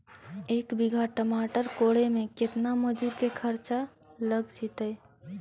एक बिघा टमाटर कोड़े मे केतना मजुर के खर्चा लग जितै?